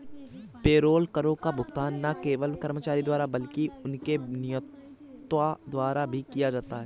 payroll करों का भुगतान न केवल कर्मचारी द्वारा बल्कि उनके नियोक्ता द्वारा भी किया जाता है